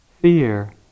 Fear